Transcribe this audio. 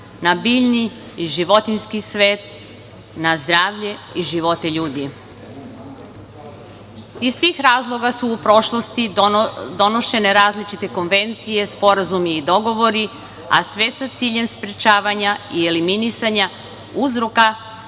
na biljni i životinjski svet, na zdravlje i živote ljudi. Iz tih razloga se u prošlosti donošene različite konvencije, sporazumi i dogovori, a sve sa ciljem sprečavanja i eliminisanja uzroka,